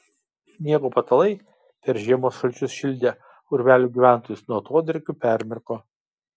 sniego patalai per žiemos šalčius šildę urvelių gyventojus nuo atodrėkių permirko